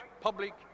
public